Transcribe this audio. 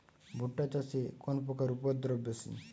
ভুট্টা চাষে কোন পোকার উপদ্রব বেশি?